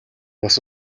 бас